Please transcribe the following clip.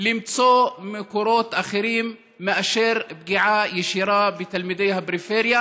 למצוא מקורות אחרים מאשר פגיעה ישירה בתלמידי הפריפריה,